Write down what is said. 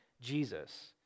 Jesus